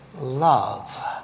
love